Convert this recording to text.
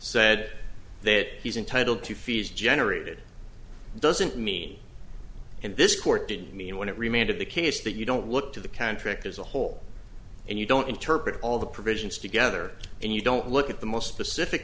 said that he's entitled to fees generated doesn't mean and this court didn't mean what remained of the case that you don't look to the contract as a whole and you don't interpret all the provisions together and you don't look at the most specific